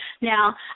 Now